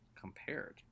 compared